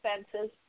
expenses